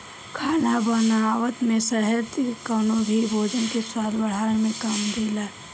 खाना बनावत में शहद कवनो भी भोजन के स्वाद बढ़ावे में काम देला